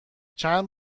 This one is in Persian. چند